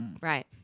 right